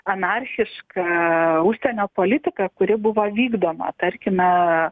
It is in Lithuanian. anarchiška užsienio politika kuri buvo vykdoma tarkime